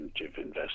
investment